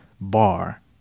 bar